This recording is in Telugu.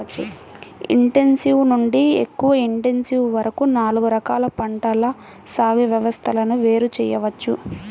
ఇంటెన్సివ్ నుండి ఎక్కువ ఇంటెన్సివ్ వరకు నాలుగు రకాల పంటల సాగు వ్యవస్థలను వేరు చేయవచ్చు